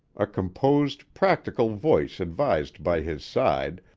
a composed, practical voice advised by his side,